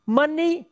money